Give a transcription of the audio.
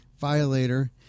Violator